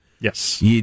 Yes